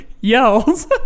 yells